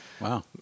Wow